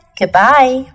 Goodbye